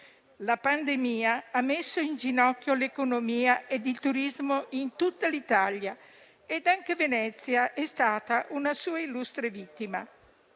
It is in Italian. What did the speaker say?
La pandemia ha messo in ginocchio l'economia e il turismo in tutta l'Italia, e anche Venezia è stata una sua illustre vittima.